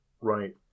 right